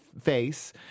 face